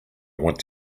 want